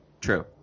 True